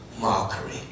mockery